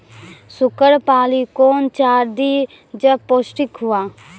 Sugar पाली कौन चार दिय जब पोस्टिक हुआ?